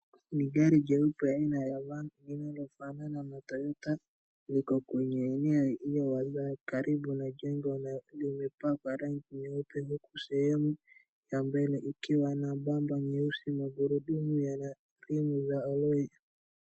Ni gari jeupe aina ya 'van' linalofanana 'Toyota', liko kwenye eneo lilio karibu na jengo limepakwa rangi nyeupe huku sehemu ya mbele ikiwa na bango nyeusi